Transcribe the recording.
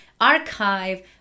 archive